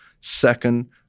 Second